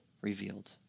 revealed